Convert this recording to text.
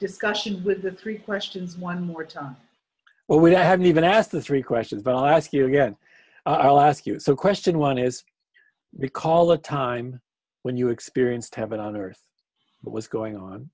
discussion with three questions one more time well we haven't even asked the three questions but i ask you again i'll ask you so question one is recall a time when you experienced heaven on earth what was going on